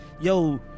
yo